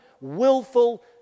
willful